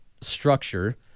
structure